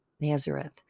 Nazareth